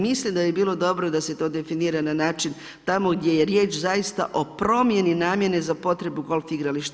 Mislim da bi bilo dobro da se to definira na način tamo gdje je riječ zaista o promjeni namjene za potrebu golf igrališta.